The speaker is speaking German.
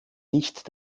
nicht